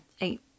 eight